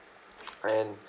and